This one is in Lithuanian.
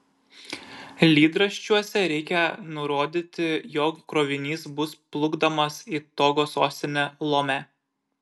lydraščiuose reikią nurodyti jog krovinys bus plukdomas į togo sostinę lomę